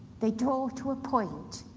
they draw to a point,